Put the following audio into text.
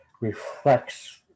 reflects